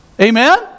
Amen